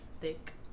thick